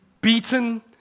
beaten